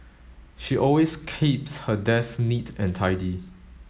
she always keeps her desk neat and tidy